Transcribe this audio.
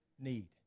need